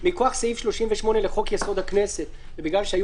מכוח סעיף 38 לחוק-יסוד: הכנסת ובגלל שהיו